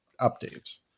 updates